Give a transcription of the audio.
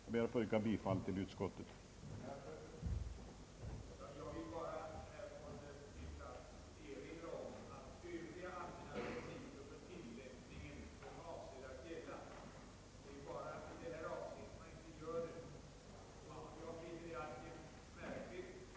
Jag ber att få yrka bifall till utskottets förslag.